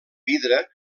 vidre